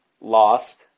lost